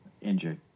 injured